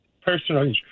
Personal